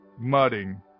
mudding